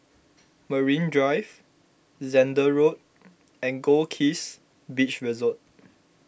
Marine Drive Zehnder Road and Goldkist Beach Resort